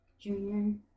Junior